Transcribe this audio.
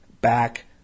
back